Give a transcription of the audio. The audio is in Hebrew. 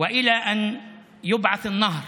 עד שהנהר